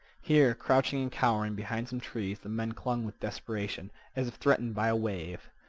here, crouching and cowering behind some trees, the men clung with desperation, as if threatened by a wave.